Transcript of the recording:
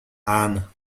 anne